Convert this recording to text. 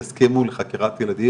יסכימו לחקירת ילדים,